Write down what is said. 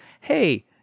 hey